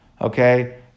Okay